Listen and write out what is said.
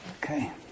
Okay